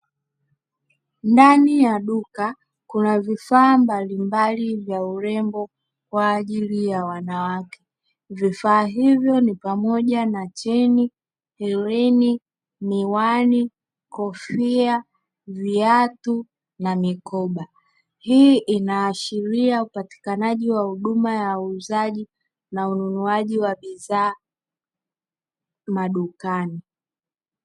Ndani ya duka kuna vifaa mbalimbali vya urembo kwa ajili ya wanawake, vifaa hivyo ni pamoja na cheni, hereni, miwani, kofia, viatu na mikoba, hii inaashiria upatikanaji wa huduma ya uuzaji na ununuaji wa bidhaa madukani.